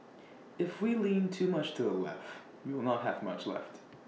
if we lean too much to A left we will not have much left